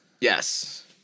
Yes